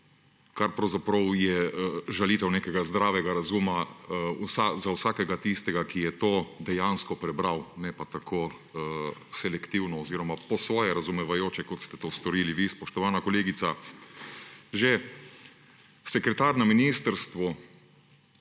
kar je pravzaprav žalitev nekega zdravega razuma za vsakega tistega, ki je to dejansko prebral, ne pa tako selektivno oziroma po svoje razumevajoče, kot ste to storili vi, spoštovana kolegica. Že sekretar na ministrstvu